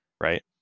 right